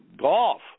golf